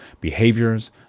behaviors